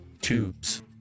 tubes